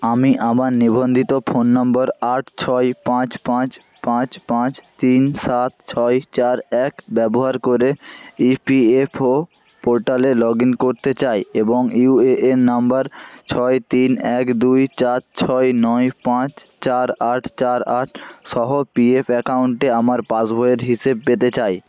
আমি আমার নিবন্ধিত ফোন নম্বর আট ছয় পাঁচ পাঁচ পাঁচ পাঁচ তিন সাত ছয় চার এক ব্যবহার করে ইপিএফও পোর্টালে লগ ইন করতে চাই এবং ইউএএন নম্বর ছয় তিন এক দুই চার ছয় নয় পাঁচ চার আট চার আট সহ পিএফ অ্যাকাউন্টে আমার পাস বইয়ের হিসেব পেতে চাই